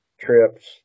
trips